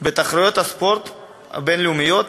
בתחרויות הספורט הבין-לאומיות,